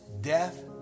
death